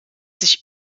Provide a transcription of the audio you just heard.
sich